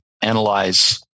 analyze